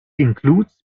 includes